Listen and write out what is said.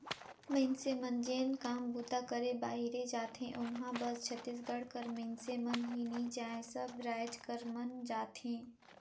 मइनसे मन जेन काम बूता करे बाहिरे जाथें ओम्हां बस छत्तीसगढ़ कर मइनसे मन ही नी जाएं सब राएज कर मन जाथें